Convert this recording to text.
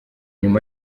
nyuma